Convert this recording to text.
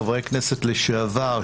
חברי הכנסת לשעבר,